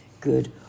good